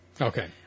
Okay